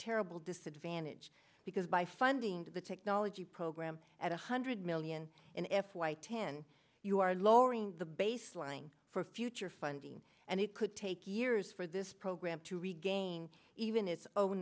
terrible disadvantage because by funding the technology program at one hundred million in f y ten you are lowering the baseline for future funding and it could take years for this program to regain even its o